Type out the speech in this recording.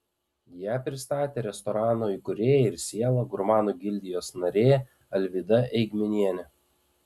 ją pristatė restorano įkūrėja ir siela gurmanų gildijos narė alvyda eigminienė